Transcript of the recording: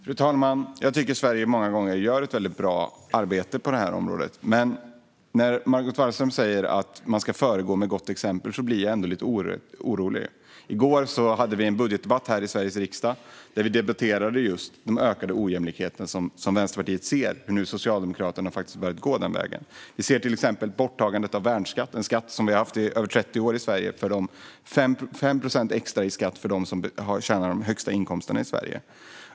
Fru talman! Jag tycker att Sverige många gånger gör ett väldigt bra arbete på det här området. Men när Margot Wallström säger att man ska föregå med gott exempel blir jag ändå lite orolig. I går hade vi en budgetdebatt här i Sveriges riksdag. Där debatterade vi just den ökade ojämlikhet som Vänsterpartiet ser och hur Socialdemokraterna faktiskt börjat gå den vägen. Vi ser till exempel borttagandet av värnskatten, en skatt som vi har haft i över 30 år i Sverige - 5 procent extra i skatt för dem som har de högsta inkomsterna i Sverige.